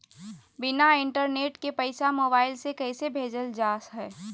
बिना इंटरनेट के पैसा मोबाइल से कैसे भेजल जा है?